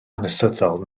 hanesyddol